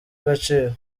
agaciro